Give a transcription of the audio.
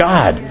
God